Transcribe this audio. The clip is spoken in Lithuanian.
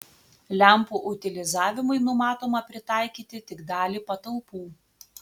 lempų utilizavimui numatoma pritaikyti tik dalį patalpų